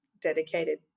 dedicated